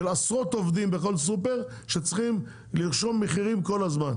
של עשרות עובדים בכל סופר שצריכים לרשום מחירים כל הזמן.